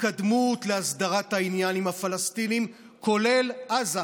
התקדמות להסדרת העניין עם הפלסטינים, כולל עזה.